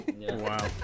Wow